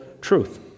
truth